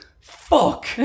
Fuck